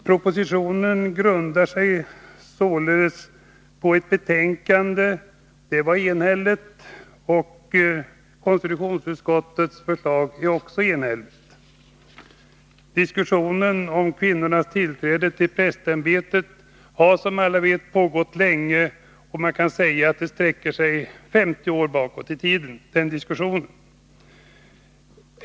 Propositionen grundar sig på ett enhälligt betänkande, och konstitutionsutskottets förslag är också enhälligt. Diskussionen om kvinnornas tillträde till prästämbetet har som alla vet pågått länge — den sträcker sig 50 år tillbaka i tiden.